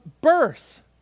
birth